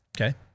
Okay